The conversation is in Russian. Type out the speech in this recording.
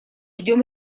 ждем